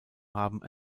haben